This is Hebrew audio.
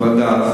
ועדה.